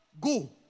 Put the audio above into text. go